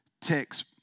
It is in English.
text